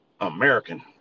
American